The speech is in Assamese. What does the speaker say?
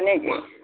হয় নেকি